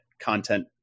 content